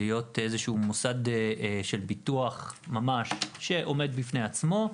להיות מוסד של ביטוח ממש שעומד בפני עצמו,